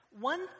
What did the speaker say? one